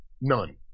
none